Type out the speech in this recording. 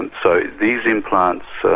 and so these implants, so